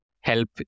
help